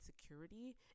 security